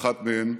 ובאחת מהן,